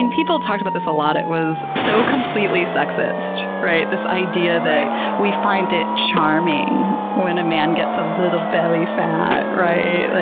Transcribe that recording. and people talked about this a lot. it was so completely sexist, right? this idea that we find it charming when a man gets a little belly fat, right?